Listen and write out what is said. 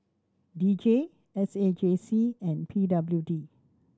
D J S A J C and P W D